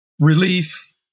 relief